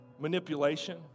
manipulation